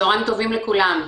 צהריים טובים לכולם.